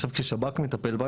עכשיו כששב"כ מטפל בה,